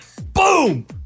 boom